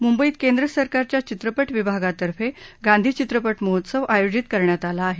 मुंबईत केंद्र सरकारच्या चित्रपटविभागातर्फे गांधी चित्रपट महोत्सव आयोजित करण्यात आला आहे